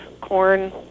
corn